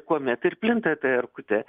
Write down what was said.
kuomet ir plinta ta erkutė